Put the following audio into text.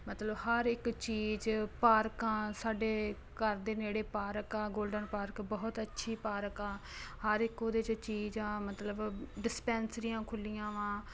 ਮਤਲਬ ਹਰ ਇੱਕ ਚੀਜ਼ ਪਾਰਕਾਂ ਸਾਡੇ ਘਰ ਦੇ ਨੇੜੇ ਪਾਰਕ ਆ ਗੋਲਡਨ ਪਾਰਕ ਬਹੁਤ ਅੱਛੀ ਪਾਰਕ ਆ ਹਰ ਇੱਕ ਉਹਦੇ 'ਚ ਚੀਜ਼ ਆ ਮਤਲਬ ਡਿਸਪੈਂਸਰੀਆਂ ਖੁੱਲ੍ਹੀਆਂ ਵਾਂ